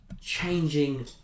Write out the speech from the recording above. Changing